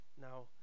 Now